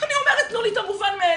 אני אומרת, תנו לי את המובן מאליו.